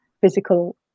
physical